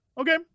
Okay